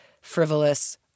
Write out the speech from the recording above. frivolous